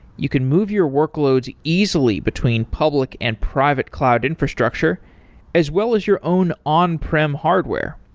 you can move your workloads easily between public and private cloud infrastructure as well as your own on-prim hardware.